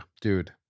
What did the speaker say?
dude